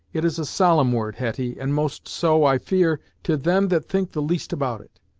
it is a solemn word, hetty, and most so, i fear, to them that think the least about it.